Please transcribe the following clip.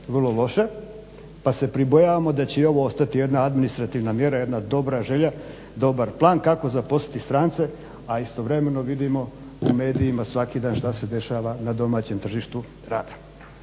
vrlo loše, pa se pribojavamo da će i ovo ostati jedna administrativna mjera, jedna dobra želja, dobar plan kako zaposliti strance, a istovremeno vidimo u medijima svaki dan šta se dešava na domaćem tržištu rada.